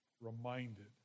reminded